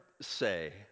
say